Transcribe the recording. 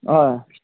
অঁ